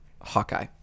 Hawkeye